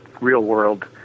real-world